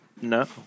No